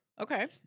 Okay